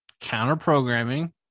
counter-programming